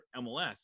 MLS